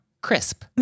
crisp